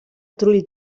trull